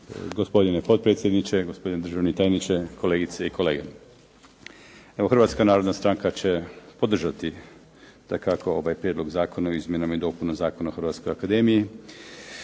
Gospodine potpredsjedniče, gospodine državni tajniče, kolegice i kolege. Evo, Hrvatska narodna stranka će podržati dakako ovaj Prijedlog zakona o izmjenama i dopunama Zakona o Hrvatskoj akademiji.